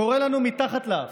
קורה לנו מתחת לאף.